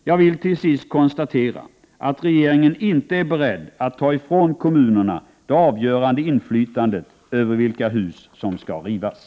Jag vill, till sist, konstatera att regeringen inte är beredd att ta ifrån kommunerna det avgörande inflytandet över vilka hus som skall rivas.